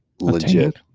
legit